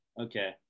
okay